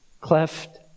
Cleft